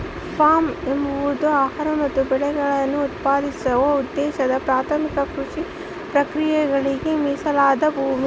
form ಎಂಬುದು ಆಹಾರ ಮತ್ತು ಬೆಳೆಗಳನ್ನು ಉತ್ಪಾದಿಸುವ ಉದ್ದೇಶದ ಪ್ರಾಥಮಿಕ ಕೃಷಿ ಪ್ರಕ್ರಿಯೆಗಳಿಗೆ ಮೀಸಲಾದ ಭೂಮಿ